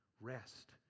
rest